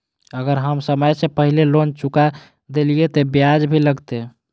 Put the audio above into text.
अगर हम समय से पहले लोन चुका देलीय ते ब्याज भी लगते?